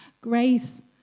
Grace